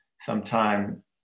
sometime